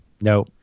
No